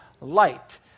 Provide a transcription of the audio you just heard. Light